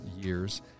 years